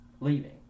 leaving